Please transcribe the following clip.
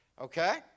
Okay